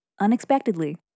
unexpectedly